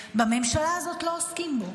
בממשלה הזאת לא עוסקים בו.